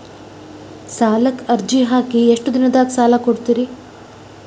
ಸಾಲಕ ಅರ್ಜಿ ಹಾಕಿ ಎಷ್ಟು ದಿನದಾಗ ಸಾಲ ಕೊಡ್ತೇರಿ?